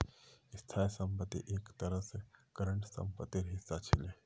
स्थाई संपत्ति एक तरह स करंट सम्पत्तिर हिस्सा छिके